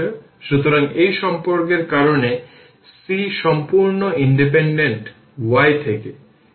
সুতরাং এই সম্পর্কের কারণে c সম্পূর্ণ ইন্ডিপেন্ডেন্ট y থেকে